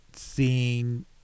Seeing